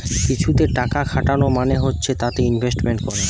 কিছুতে টাকা খাটানো মানে হচ্ছে তাতে ইনভেস্টমেন্ট করা